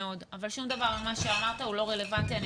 שום דבר ממה שאמרת הוא לא רלוונטי.